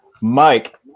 Mike